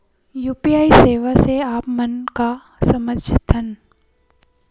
UPI सेवा से आप मन का समझ थान?